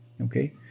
okay